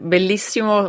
Bellissimo